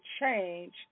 change